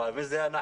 אבל מי זה אנחנו?